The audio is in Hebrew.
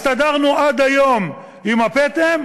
הסתדרנו עד היום עם הפטם.